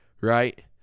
right